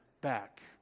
back